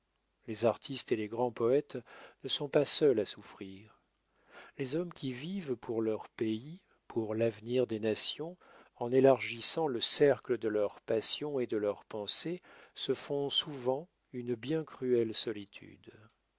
les artistes et les grands poètes ne sont pas seuls à souffrir les hommes qui vivent pour leur pays pour l'avenir des nations en élargissant le cercle de leurs passions et de leurs pensées se font souvent une bien cruelle solitude